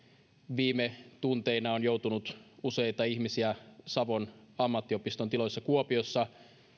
viime tunteina on joutunut useita ihmisiä savon ammattiopiston tiloissa kuopiossa